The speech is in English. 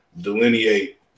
delineate